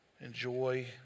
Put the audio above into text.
enjoy